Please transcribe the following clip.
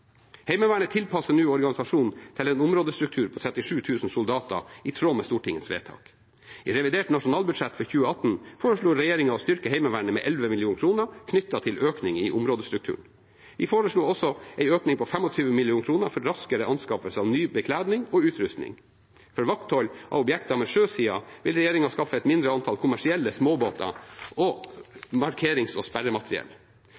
Heimevernet tilpasser nå organisasjonen til en områdestruktur på 37 000 soldater, i tråd med Stortingets vedtak. I revidert nasjonalbudsjett for 2018 foreslo regjeringen å styrke Heimevernet med 11 mill. kr knyttet til økning i områdestrukturen. Vi foreslo også en økning på 25 mill. kr for raskere anskaffelse av ny bekledning og utrustning. For vakthold av objekter med sjøside ville regjeringen skaffe et mindre antall kommersielle småbåter